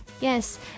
Yes